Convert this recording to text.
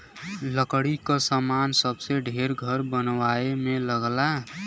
लकड़ी क सामान सबसे ढेर घर बनवाए में लगला